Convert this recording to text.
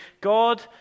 God